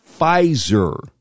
Pfizer